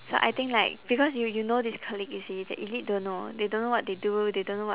so I think like because you you know this colleague you see the elite don't know they don't know what they do they don't know what